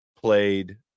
played